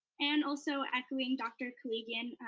and also, echoing dr. koligian,